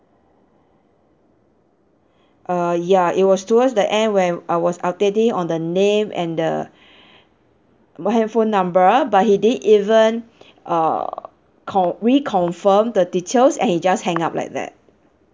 uh ya it was towards the end when I was updating on the name and the my handphone number but he didn't even err con~ reconfirmed the details and he just hang up like that